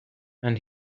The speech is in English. and